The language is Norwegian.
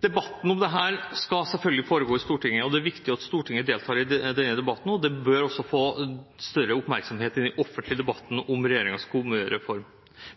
Debatten om dette skal selvfølgelig foregå i Stortinget, og det er viktig at Stortinget deltar i denne debatten, og regjeringens kommunereform bør også få større oppmerksomhet i den offentlige debatten.